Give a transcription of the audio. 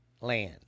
land